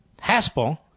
Haspel